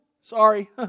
Sorry